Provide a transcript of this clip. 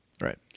right